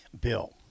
Bill